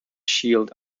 shield